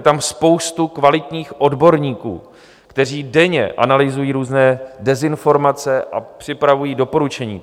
Je tam spousta kvalitních odborníků, kteří denně analyzují různé dezinformace a připravují doporučení.